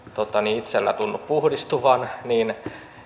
itselläni tunnu puhdistuvan niin